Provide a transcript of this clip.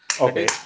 Okay